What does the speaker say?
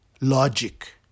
Logic